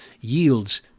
yields